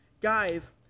guys